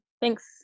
Thanks